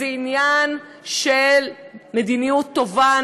זה עניין של מדיניות טובה,